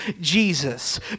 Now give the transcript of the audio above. Jesus